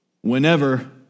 Whenever